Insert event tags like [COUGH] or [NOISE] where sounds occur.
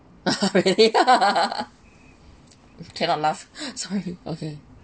[LAUGHS] really [LAUGHS] cannot laugh sorry about that